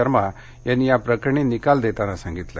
शर्मा यांनी या प्रकरणी निकाल देताना सांगितलं